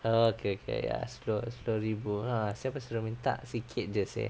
oh okay okay ya sepuluh sepuluh ribu lah siapa suruh minta sikit jer seh